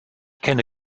kenne